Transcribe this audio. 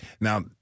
Now